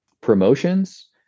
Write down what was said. promotions